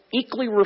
equally